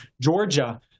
Georgia